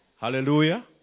Hallelujah